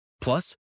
Plus